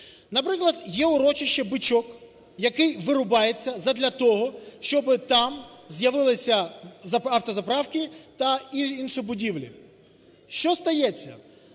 Наприклад, є "Урочище Бичок", яке вирубається задля того, щоби там з'явилися автозаправки та інші будівлі. Що стається?